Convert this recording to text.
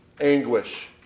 anguish